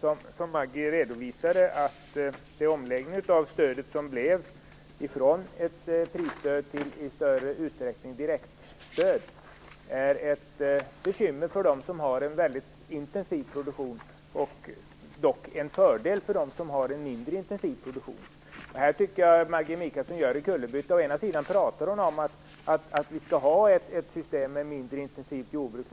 som Maggi Mikaelsson redovisade att den omläggning av stödet som skedde från ett prisstöd till att i större utsträckning vara ett direktstöd är ett bekymmer för dem som har en väldigt intensiv produktion. Det är dock en fördel för dem som har en mindre intensiv produktion. Här tycker jag att Maggi Mikaelsson gör en kullerbytta. Å ena sidan talar hon om att vi skall ha ett system med mindre intensivt jordbruk.